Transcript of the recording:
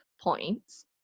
points